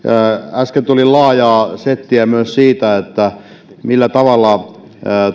äsken tuli laajaa settiä myös siitä millä tavalla